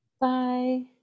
Bye